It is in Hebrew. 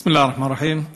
בסם אללה א-רחמאן א-רחים.